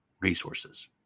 resources